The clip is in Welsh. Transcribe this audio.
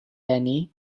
eni